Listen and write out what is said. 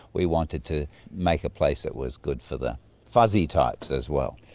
we wanted to make a place that was good for the fuzzy types as well.